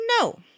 No